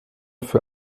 für